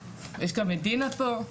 ויש כאן את דינה פה.